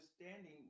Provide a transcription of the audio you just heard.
understanding